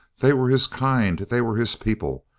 they were his kind, they were his people,